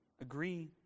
agree